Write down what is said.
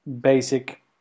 basic